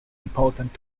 important